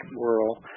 world